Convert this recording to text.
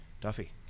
Duffy